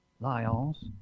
Lions